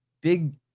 Big